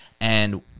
And-